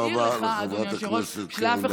תודה רבה לחברת הכנסת קרן ברק.